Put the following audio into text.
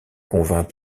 convient